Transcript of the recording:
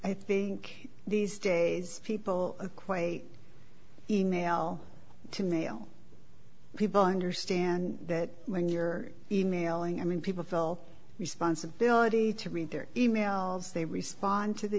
i think these days people acquire a email to mail people understand that when you're emailing i mean people feel responsibility to read their emails they respond to the